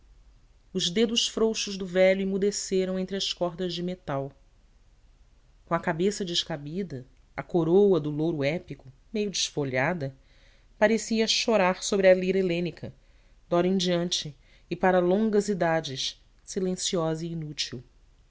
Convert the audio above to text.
os dedos frouxos do velho emudeceram entre as cordas de metal com a cabeça descaída a coroa do louro épico meio desfolhada parecia chorar sobre a lira helênica de ora em diante e para longas idades silenciosa e inútil